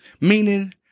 meaning